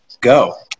go